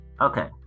Okay